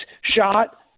shot